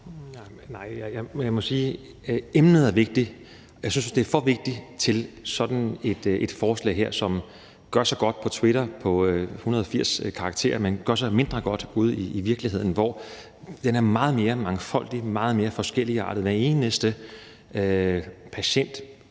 Nej. Jeg må sige, at emnet er vigtigt, og jeg synes, det er for vigtigt til sådan et forslag her, som gør sig godt på Twitter, altså på 280 karakterer, men som gør sig mindre godt ude i virkeligheden, hvor det er meget mere mangfoldigt, mere forskelligartet, i forhold til hver eneste patient